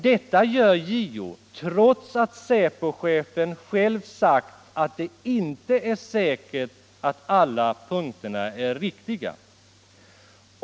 Detta gör JO trots att Säpochefen själv sagt att det inte är säkert att alla punkterna är riktiga.